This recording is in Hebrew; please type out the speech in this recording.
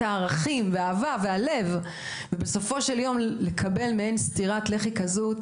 הערכים והאהבה והלב ובסופו של יום לקבל מעין סטירת לכי שכזו,